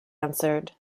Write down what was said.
answered